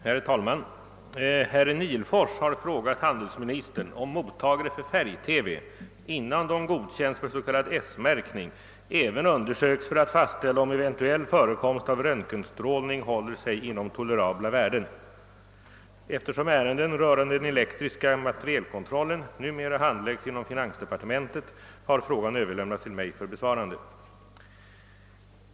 Herr talman! Herr Nihlfors har frågat handelsministern om mottagare för färg-TV — innan de godkänns för s.k. S-märkning — även undersöks för att fastställa om eventuell förekomst av röntgenstrålning håller sig inom tolerabla värden. Eftersom ärenden rörande den elektriska materielkontrollen numera handläggs inom finansdepartementet har frågan överlämnats till mig för besvarande.